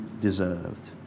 deserved